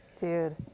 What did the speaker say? Dude